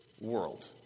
world